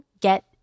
get